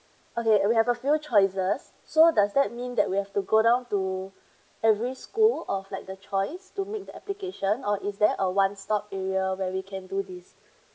okay we have a few choices so does that mean that we have to go down to every school of like the choice to make the application or is there a one stop area where we can do this